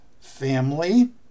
family